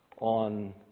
on